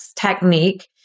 technique